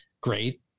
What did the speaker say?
great